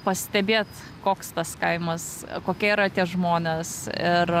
pastebėt koks tas kaimas kokie yra tie žmonės ir